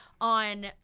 on